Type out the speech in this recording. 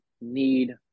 need